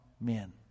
men